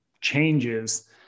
changes